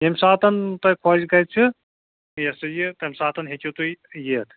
ییٚمہِ ساتَن تۄہہِ خۄش گژھِ یہِ ہَسا یہِ تَمہِ ساتَن ہیٚکِو تُہۍ یِتھ